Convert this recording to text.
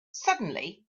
suddenly